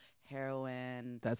heroin